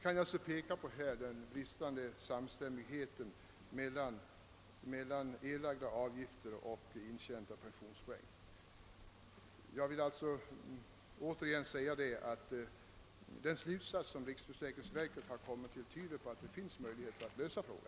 Här föreligger sålunda bristande samstämmighet mellan erlagda avgifter och intjänad pensionsrätt. Jag upprepar alltså att den slutsats riksförsäkringsverket har kommit fram till tyder på att det finns möjligheter att lösa denna fråga.